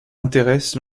intéressent